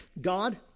God